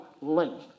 length